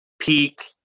peak